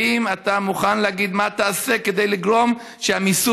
האם אתה מוכן להגיד מה תעשה כדי לגרום שהמיסוי